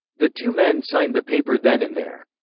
the two men signed the paper then and there.